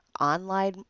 online